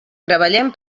treballem